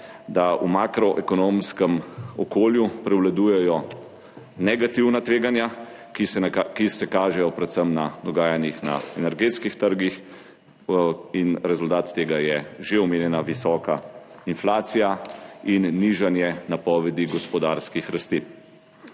da v makroekonomskem okolju prevladujejo negativna tveganja, ki se kažejo predvsem v dogajanjih na energetskih trgih. Rezultat tega je že omenjena visoka inflacija in nižanje napovedi gospodarskih rasti.